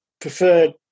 preferred